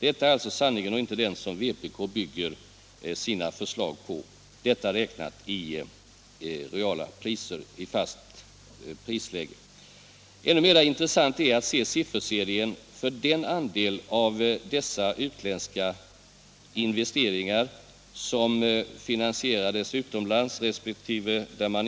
Detta är alltså sanningen —- utvecklingen är inte den som vpk bygger sina förslag på. Ännu intressantare är att se sifferserien för den andel av dessa utländska investeringar som finansierades utomlands resp. med pengar